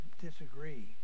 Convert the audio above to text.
disagree